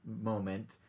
moment